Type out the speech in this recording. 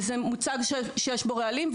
וזה מוצר שיש בו רעלים,